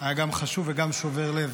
היה גם חשוב וגם שובר לב,